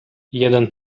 jeden